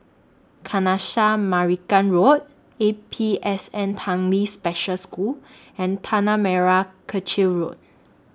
Kanisha Marican Road A P S N Tanglin Special School and Tanah Merah Kechil Road